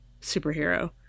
superhero